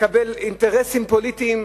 לקבל אינטרסים פוליטיים,